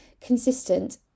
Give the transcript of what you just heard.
consistent